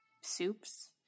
soups